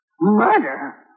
Murder